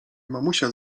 mamusia